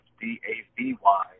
D-A-V-Y